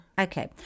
Okay